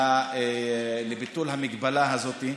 לביטול המגבלה הזאת.